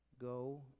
go